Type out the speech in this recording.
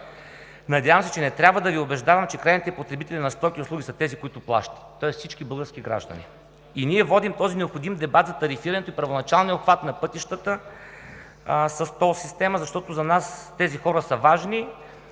надявам се, че не трябва да Ви убеждавам, че крайните потребители на стоки и услуги са тези, които плащат, тоест всички български граждани, и ние водим този необходим дебат за тарифирането и първоначалния обхват на пътищата с тол система, защото за нас тези хора са важни,